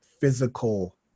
physical